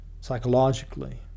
psychologically